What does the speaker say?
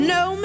no